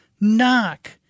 Knock